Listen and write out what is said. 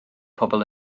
pobl